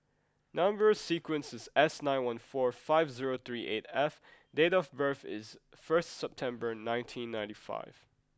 number sequence is S nine one four five zero three eight F and date of birth is first September nineteen ninety five